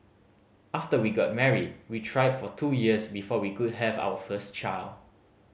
after we got married we tried for two years before we could have our first child